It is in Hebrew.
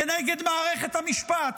כנגד מערכת המשפט,